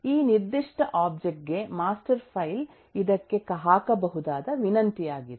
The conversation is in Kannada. ಈ ನಿರ್ದಿಷ್ಟ ಒಬ್ಜೆಕ್ಟ್ ಗೆಮಾಸ್ಟರ್ ಫೈಲ್ ಇದಕ್ಕೆ ಹಾಕಬಹುದಾದ ವಿನಂತಿಯಾಗಿದೆ